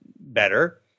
better